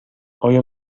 آیا